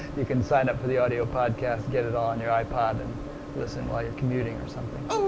you can sign up for the audio podcast, get it all on your ipod, and listen while you are commuting or something.